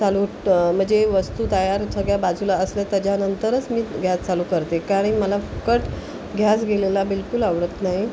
चालू म्हणजे वस्तू तयार सगळ्या बाजूला असल्या त्याच्यानंतरच मी घ्यास चालू करते कारण मला फक्कट घ्यास गेलेला बिलकुल आवडत नाई